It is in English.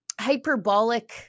hyperbolic